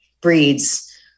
breeds